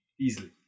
easily